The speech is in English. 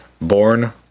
born